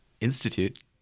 Institute